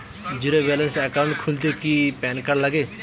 Zero balance account খুলতে কি PAN card লাগে?